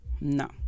No